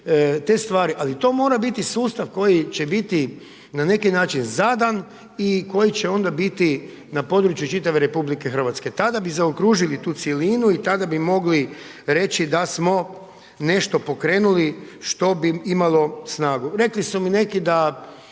te stvari. Ali to mora biti sustav koji će biti na neki način zadan i koji će onda biti na području čitave RH. Tada bi zaokružili tu cjelinu i tada bi mogli reći da smo nešto pokrenuli što bi imalo snagu. Rekli su mi neki da